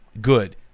good